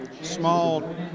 small